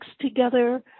together